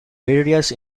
various